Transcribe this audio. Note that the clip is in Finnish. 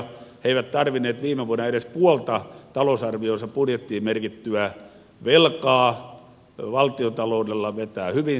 he eivät tarvinneet viime vuonna edes puolta talousarvionsa budjettiin merkittyä velkaa valtiontaloudella vetää hyvin